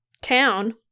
town